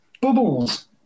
Bubbles